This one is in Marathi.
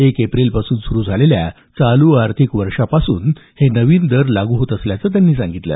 एक एप्रिलपासून सुरू झालेल्या चालू आर्थिक वर्षापासूनच हे नवीन दर लागू होत असल्याचं त्यांनी सांगितलं